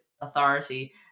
authority